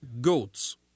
goats